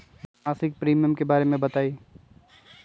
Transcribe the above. मासिक प्रीमियम के बारे मे बताई?